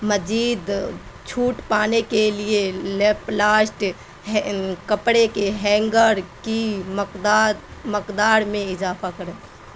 مجید چھوٹ پانے کے لیے لیپلاسٹ کپڑے کے ہینگر کی مقداد مقدار میں اضافہ کرو